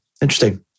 Interesting